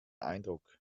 eindruck